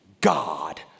God